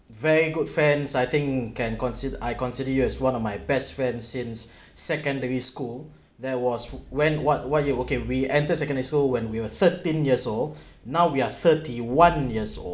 very good friends I think can consider I consider years one of my best friend since secondary school there was when what what you okay we enter secondary school when we were thirteen years old now we're thirty one years old